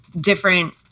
different